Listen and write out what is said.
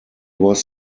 was